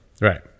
Right